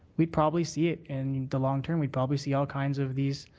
we'd probably see it in the long-term we'd probably see all kind of these